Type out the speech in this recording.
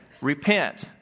Repent